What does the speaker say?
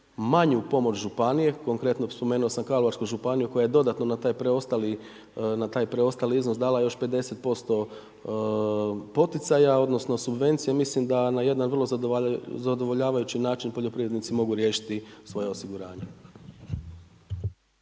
manju pomoć županije, konkretno spomenuo sam Karlovačku županiju, koja je dodatno na taj preostali iznos dala još 50% poticaja, odnosno, subvencija. Mislim da na jedan vrlo zadovoljavajući način, poljoprivrednici mogu riješiti svoje osiguranje.